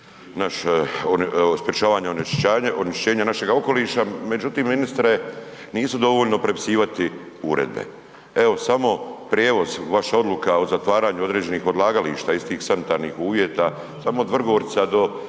naš sprječavanje onečišćenja našega okoliša, međutim ministre nisu dovoljno prepisivati uredbe. Evo samo prijevoz, vaša odluka o zatvaranju određenih odlagališta istih sanitarnih uvjeta samo od Vrgorca do